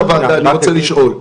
יושבת-ראש, הוועדה, אני רוצה לשאול.